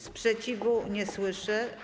Sprzeciwu nie słyszę.